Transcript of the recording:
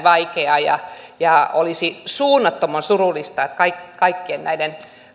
vaikea ja olisi suunnattoman surullista että kaikkien näiden